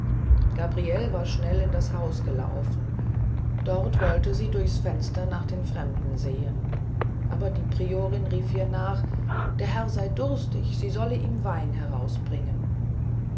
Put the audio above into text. gabriele war schnell in das haus gelaufen dort wollte sie durchs fenster nach dem fremden sehn aber die priorin rief ihr nach der herr sei durstig sie solle ihm wein herausbringen